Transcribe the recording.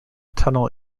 tunnel